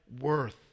worth